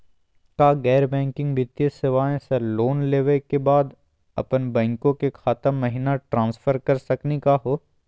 का गैर बैंकिंग वित्तीय सेवाएं स लोन लेवै के बाद अपन बैंको के खाता महिना ट्रांसफर कर सकनी का हो?